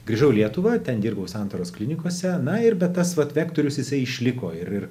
grįžau į lietuvą ten dirbau santaros klinikose na ir bet tas vat vektorius jisai išliko ir ir